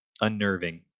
unnerving